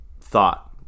thought